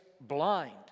blind